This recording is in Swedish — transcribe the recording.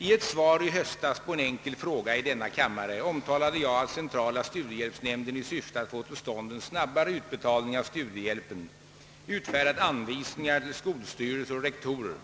I ett svar i höstas på en enkel fråga i denna kammare omtalade jag, att centrala studiehjälpsnämnden i syfte att få till stånd en snabbare utbetalning av studiehjälpen utfärdat anvisningar till skolstyrelser och rektorer,